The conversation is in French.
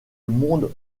monde